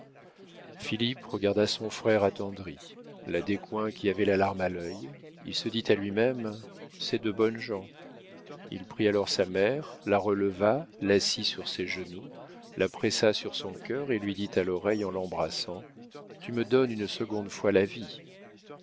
regarda son frère attendri la descoings qui avait la larme à l'œil il se dit à lui-même c'est de bonnes gens il prit alors sa mère la releva l'assit sur ses genoux la pressa sur son cœur et lui dit à l'oreille en l'embrassant tu me donnes une seconde fois la vie